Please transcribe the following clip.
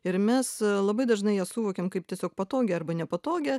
ir mes labai dažnai ją suvokiam kaip tiesiog patogią arba nepatogią